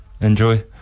Enjoy